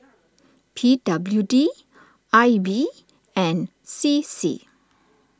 P W D I B and C C